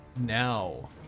Now